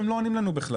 הם לא עונים לנו בכלל.